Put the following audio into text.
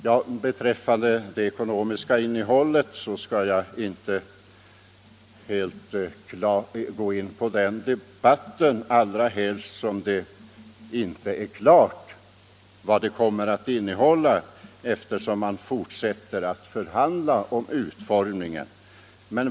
Jag skall inte gå in på debatten om det ekonomiska innehållet i uppgörelsen, helst som det inte är klart vad den kommer att innehålla, eftersom man fortsätter att förhandla om utformningen.